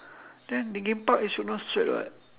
then linkin park you should know suede [what]